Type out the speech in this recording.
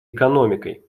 экономикой